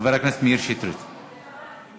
חבר הכנסת מאיר שטרית, בבקשה.